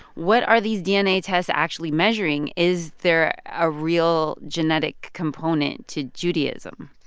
what are these dna tests actually measuring? is there a real genetic component to judaism?